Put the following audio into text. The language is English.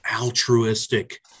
altruistic